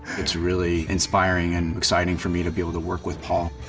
it's really inspiring and exciting for me to be able to work with paul,